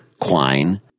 Quine